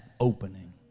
opening